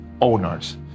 owners